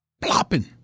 Plopping